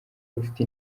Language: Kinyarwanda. rufite